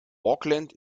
auckland